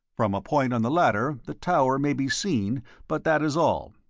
from a point on the latter the tower may be seen but that is all.